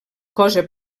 cosa